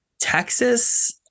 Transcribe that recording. Texas